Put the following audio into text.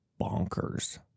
bonkers